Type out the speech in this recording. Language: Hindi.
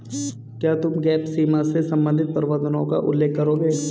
क्या तुम गैप सीमा से संबंधित प्रावधानों का उल्लेख करोगे?